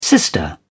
Sister